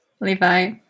Levi